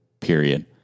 period